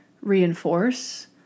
reinforce